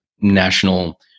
national